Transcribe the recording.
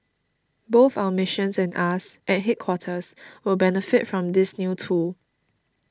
both our missions and us at headquarters will benefit from this new tool